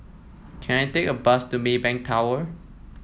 can I take a bus to Maybank Tower